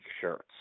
shirts